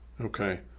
Okay